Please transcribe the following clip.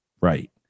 Right